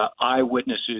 eyewitnesses